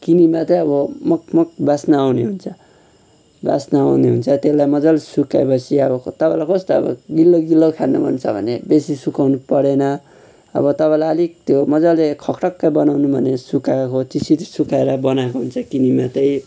किनेमा चाहिँ अब मगमग बासना आउने हुन्छ त्यसलाई मजाले सुकाएपछि अब तपाईँलाई कस्तो अब गिलो गिलो खान मन छ भने बेसी सुकाउनु परेन अब तपाईँलाई अलिक त्यो मजाले खक्रक्क बनाउनु भने सुकाएको चाहिँ छिटो सुकाएर बनाएको हुन्छ किनेमा चाहिँ